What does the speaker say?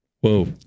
Whoa